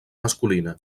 masculina